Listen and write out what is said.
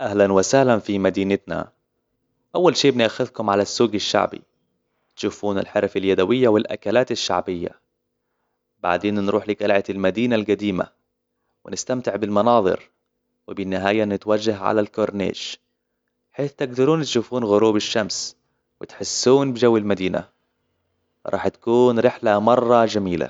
أهلاً وسهلاً في مدينتنا أول شي بنأخذكم على السوق الشعبي تشوفون الحرف اليدوية والأكلات الشعبية بعدين نروح لقلعة المدينة القديمة ونستمتع بالمناظر وبنهاية نتوجه على الكورنيش حيث تقدرون تشوفون غروب الشمس وتحسون بجو المدينة رح تكون رحلة مرة جميلة